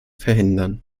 verhindern